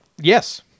Yes